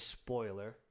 spoiler